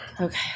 Okay